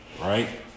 right